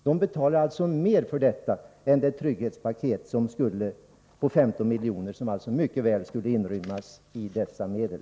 De betalar således mer för detta än vad trygghetspaketet skulle kosta. Trygghetspaketet kostar alltså 15 miljoner, och det skulle mycket väl inrymmas i dessa medel.